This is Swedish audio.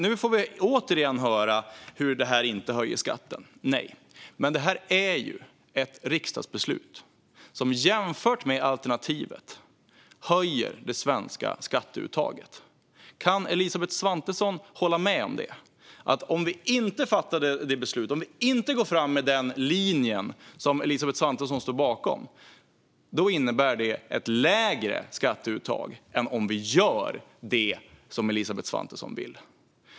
Nu får vi återigen höra hur det här inte höjer skatten. Nej, men det här är ett riksdagsbeslut som jämfört med alternativet höjer det svenska skatteuttaget. Kan Elisabeth Svantesson hålla med om det? Om vi inte fattar det beslutet, om vi inte går fram med den linje som Elisabeth Svantesson står bakom, innebär det ett lägre skatteuttag än om vi gör det som Elisabeth Svantesson vill.